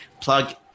plug